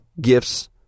gifts